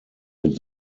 its